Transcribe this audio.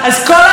בראבו.